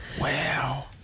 Wow